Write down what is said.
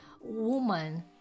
woman